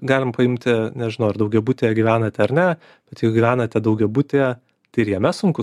galim paimti nežinau ar daugiabutyje gyvenat ar ne bet jeigu gyvenate daugiabutyje tai ir jame sunku